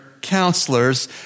counselors